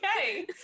Okay